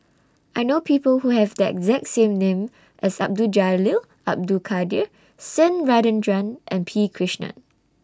I know People Who Have The exact same name as Abdul Jalil Abdul Kadir same Rajendran and P Krishnan